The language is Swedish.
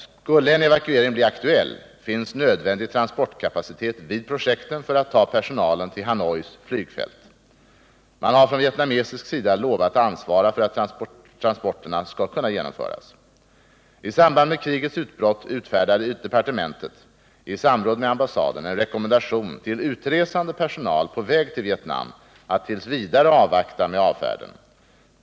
Skulle en evakuering bli aktuell, finns nödvändig transportkapacitet vid projekten för att ta personalen till Hanois flygfält. Man har från vietnamesisk sida lovat ansvara för att transporterna skall kunna genomföras. I samband med krigets utbrott utfärdade departementet i samråd med ambassaden en rekommendation till utresande personal på väg till Vietnam att t. v. avvakta med avfärden.